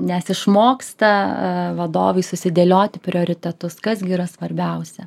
nes išmoksta vadovai susidėlioti prioritetus kas gi yra svarbiausia